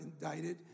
indicted